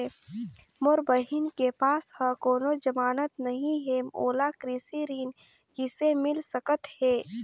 मोर बहिन के पास ह कोनो जमानत नहीं हे, ओला कृषि ऋण किसे मिल सकत हे?